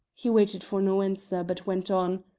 he waited for no answer, but went on.